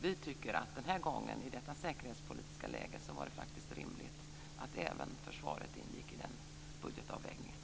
Vi tycker att i det här säkerhetspolitiska läget var det faktiskt rimligt att även försvaret ingick i den budgetavvägningen.